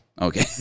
Okay